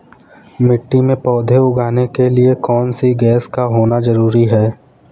मिट्टी में पौधे उगाने के लिए कौन सी गैस का होना जरूरी है?